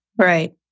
Right